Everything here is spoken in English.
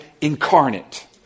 incarnate